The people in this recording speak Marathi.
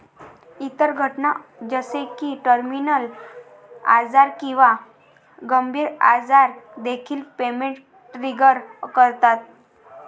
इतर घटना जसे की टर्मिनल आजार किंवा गंभीर आजार देखील पेमेंट ट्रिगर करतात